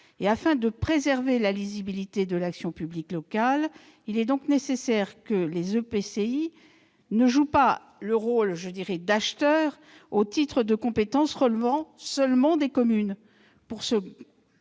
Afin de préserver la lisibilité de l'action publique locale, il est donc nécessaire que les EPCI ne jouent pas le rôle d'acheteur au titre de compétences relevant seulement des communes.